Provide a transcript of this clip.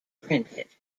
printed